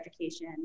education